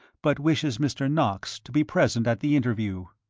but wishes mr. knox to be present at the interview.